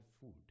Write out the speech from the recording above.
food